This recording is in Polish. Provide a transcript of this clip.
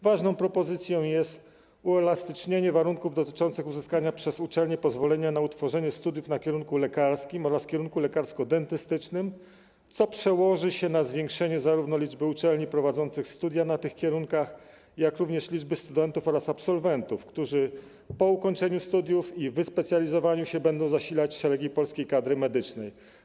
Ważną propozycją jest uelastycznienie warunków dotyczących uzyskania przez uczelnie pozwolenia na utworzenie studiów na kierunku lekarskim oraz kierunku lekarsko-dentystycznym, co przełoży się na zwiększenie zarówno liczby uczelni prowadzących studia na tych kierunkach, jak i liczby studentów oraz absolwentów, którzy po ukończeniu studiów i wyspecjalizowaniu się będą zasilać szeregi polskiej kadry medycznej.